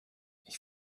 ich